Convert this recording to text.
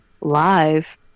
live